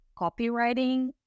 copywriting